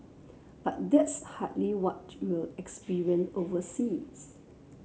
but that's hardly what you'll experience overseas